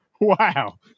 Wow